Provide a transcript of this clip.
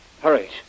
Hurry